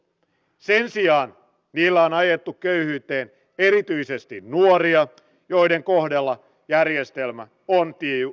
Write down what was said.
sen sijaan niillä on ajettu köyhyyteen erityisesti nuoria joiden kohdalla järjestelmä on tiukin